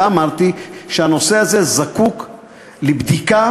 ואמרתי שהנושא הזה זקוק לבדיקה.